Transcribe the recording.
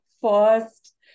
first